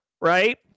right